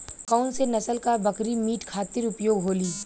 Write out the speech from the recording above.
कौन से नसल क बकरी मीट खातिर उपयोग होली?